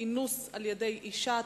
אינוס על-ידי אשה),